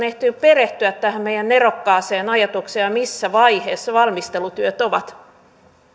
ehtineet perehtyä tähän meidän nerokkaaseen ajatukseen ja missä vaiheessa valmistelutyöt ovat